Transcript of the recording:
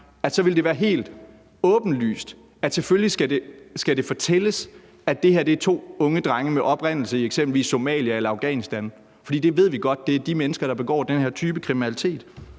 så ville være helt åbenlyst, at det selvfølgelig skal fortælles, at det her er to unge drenge med oprindelse i eksempelvis Somalia eller Afghanistan. For vi ved godt, at det er de mennesker, der begår den her type kriminalitet.